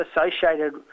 associated